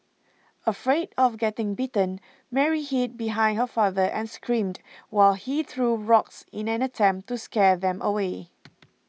afraid of getting bitten Mary hid behind her father and screamed while he threw rocks in an attempt to scare them away